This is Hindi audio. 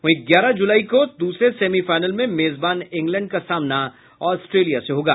वहीं ग्यारह जुलाई को द्रसरे सेमीफाइनल में मेजबान इंग्लैंड का सामना ऑस्ट्रेलिया से होगा